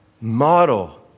model